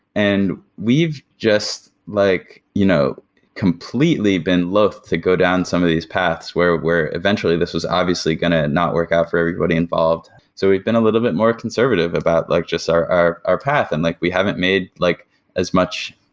and we've just like you know completely been loathed to go down some of these paths, where where eventually this was obviously going to not work out for everybody involved so we've been a little bit more conservative about like just our our path and like we haven't made like as much.